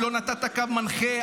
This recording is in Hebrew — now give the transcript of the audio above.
לא נתת קו מנחה,